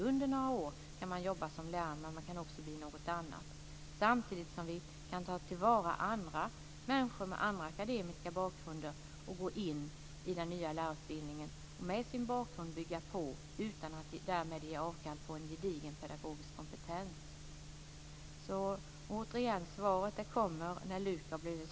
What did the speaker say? Under några år kan man jobba som lärare och sedan bli något annat. Samtidigt kan vi ta till vara människor med annan akademisk bakgrund i den nya lärarutbildningen. Med sin bakgrund kan de bygga på utan att de därmed behöver ge avkall på en gedigen pedagogisk kompetens. Återigen: Svaret kommer i LUK.